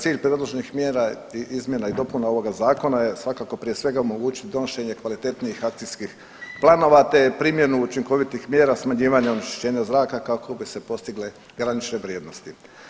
Cilj predloženih mjera i izmjena i dopuna ovoga zakona je svakako prije svega donošenje kvalitetnijih akcijskih planova te primjenu učinkovitih mjera smanjivanja onečišćenja zraka kako bi se postigle granične vrijednosti.